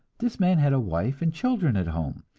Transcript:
this man had a wife and children at home,